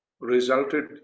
resulted